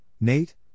Nate